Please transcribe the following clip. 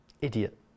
idiot